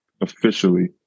officially